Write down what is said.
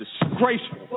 disgraceful